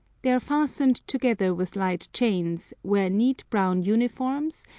they are fastened together with light chains, wear neat brown uniforms,